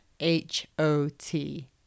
H-O-T